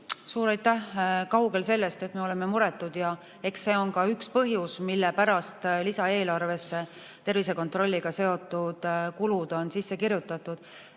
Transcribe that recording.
Suur aitäh! Kaugel sellest, et me oleme muretud. Ja eks see on ka üks põhjus, mille pärast lisaeelarvesse tervisekontrolliga seotud kulud on sisse kirjutatud.